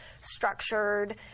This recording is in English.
structured